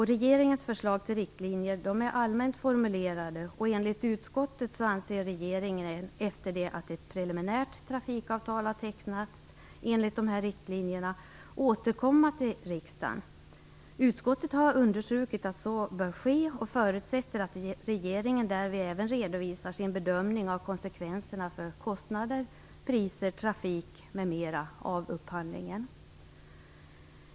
Regeringens förslag till riktlinjer är allmänt formulerade. Enligt utskottet avser regeringen att, efter det att ett preliminärt trafikavtal tecknats enligt angivna riktlinjer, återkomma till riksdagen. Utskottet har understrukit att så bör ske och förutsätter att regeringen därvid även redovisar sin bedömning av konsekvenserna när det gäller kostnader, priser, trafik m.m. av upphandlingen.